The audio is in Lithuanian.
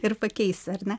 ir pakeisi ar ne